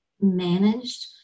managed